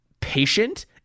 patient